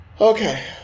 Okay